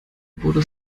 wurde